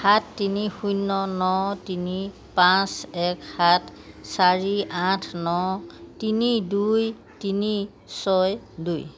সাত তিনি শূন্য ন তিনি পাঁচ এক সাত চাৰি আঠ ন তিনি দুই তিনি ছয় দুই